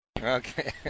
Okay